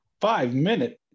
Five-minute